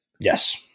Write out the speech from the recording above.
yes